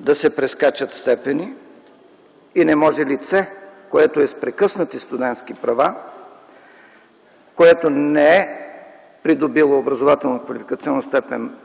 да се прескачат степени и не може лице, което е с прекъснати студентски права, което не е придобило образователно-квалификационна степен